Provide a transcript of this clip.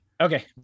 Okay